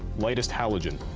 lightest halogen.